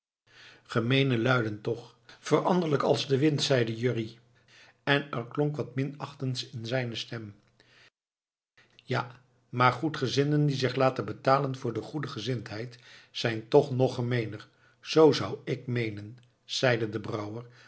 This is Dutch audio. gemeene luiden toch veranderlijk als de wind zeide jurrie en er klonk wat minachtends in zijne stem ja maar goedgezinden die zich laten betalen voor de goede gezindheid zijn toch nog gemeener zou ik zoo meenen zeide de brouwer